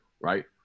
Right